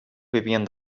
vivien